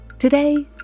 Today